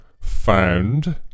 Found